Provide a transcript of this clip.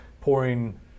pouring